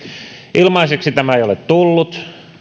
ilmaiseksi tämä ei ole tullut